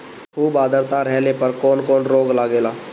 खुब आद्रता रहले पर कौन कौन रोग लागेला?